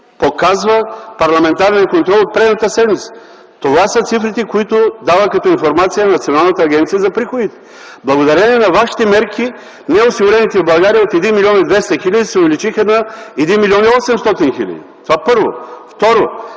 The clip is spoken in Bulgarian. показва Парламентараният контрол от предната седмица. Това са цифрите, които дава като информация Националната агенция за приходите. Благодарение на вашите мерки неосигурените в България от 1 млн. 200 хил. се увеличиха на 1 млн. 800 хил. Това – първо. Второ,